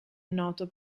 noto